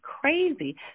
crazy